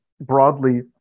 broadly